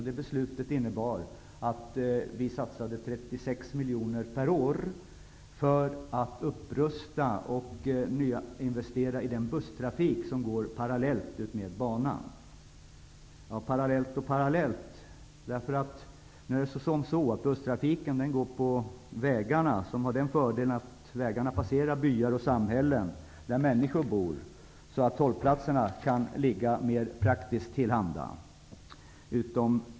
Det beslutet innebar att vi satsade 36 miljoner per år på att upprusta och nyinvestera i den busstrafik som går parallellt med banan. Parallellt och parallellt, busstrafiken går på vägarna, som har den fördelen att de passerar byar och samhällen där människor bor, så att hållplatserna kan ligga mer praktiskt till.